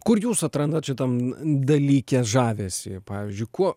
kur jūs atrandat šitam dalyke žavesį pavyzdžiui kuo